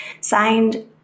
signed